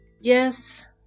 Yes